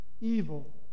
evil